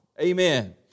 Amen